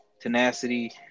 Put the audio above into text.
tenacity